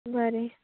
बरें